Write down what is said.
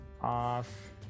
Off